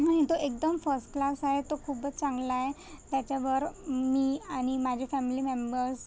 म्हईन तो एकदम first class आहे तो खूपच चांगला आहे त्याच्यावर मी आणि माझे फॅम्ली मेंबर्स